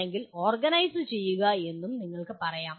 അല്ലെങ്കിൽ ഓർഗനൈസു ചെയ്യുക എന്നും നിങ്ങൾക്ക് പറയാം